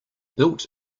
built